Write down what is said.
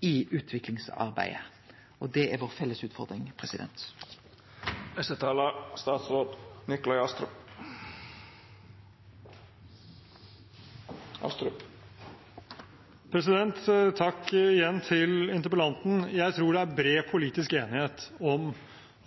i utviklingsarbeidet. Det er vår felles utfordring. Takk igjen til interpellanten. Jeg tror det er bred politisk enighet om